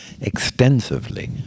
extensively